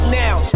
now